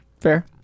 Fair